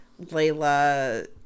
Layla